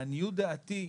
לעניות דעתי,